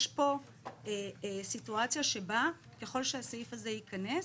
יש פה סיטואציה שבה ככל שהסעיף זה ייכנס,